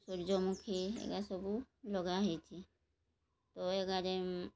ସୂର୍ଯ୍ୟମୁଖୀ ଏଗା ସବୁ ଲଗାହୋଇଛି ତ ଏଗାରେ